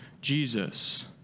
Jesus